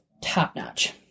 top-notch